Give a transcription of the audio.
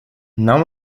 нам